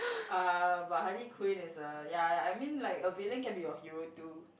uh but Harley-Quinn is a ya ya I mean like a villain can be your hero too